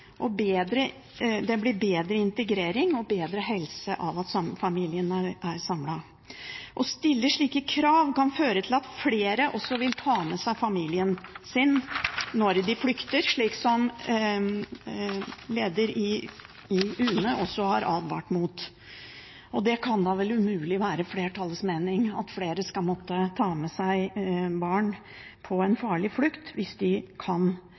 og det blir bedre integrering og bedre helse av at familiene er samlet. Å stille slike krav kan føre til at flere vil ta med seg familien sin når de flykter, slik som lederen i UNE også har advart mot. Det kan da umulig være flertallets mening at flere skal måtte ta med seg barn på en farlig flukt hvis de kan